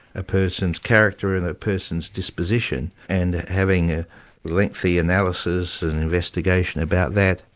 a person's character and a person's disposition, and having ah lengthy analyses and investigation about that,